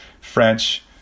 French